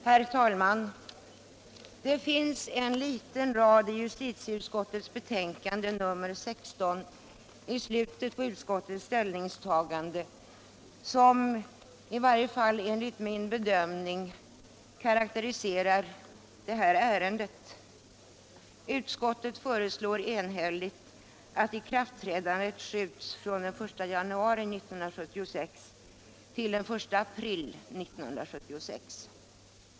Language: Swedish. Herr talman! Det finns en liten rad i justitieutskottets betänkande nr 16, i slutet på utskottets ställningstagande, som i varje fall enligt min bedömning karakteriserar hela ärendet. Utskottet föreslår enhälligt att ikraftträdandet skjuts från den 1 januari 1976 till 1 april 1976.